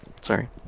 sorry